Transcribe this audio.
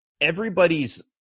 everybody's